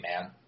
man